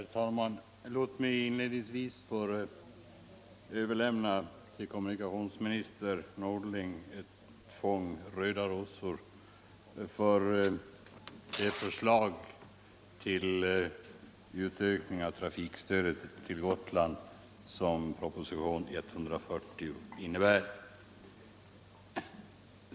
Herr talman! Låt mig inledningsvis få överlämna till kommunikationsminister Norling ett fång röda rosor för det förslag om utökning av trafikstödet till Gotland som propositionen 140 innebär.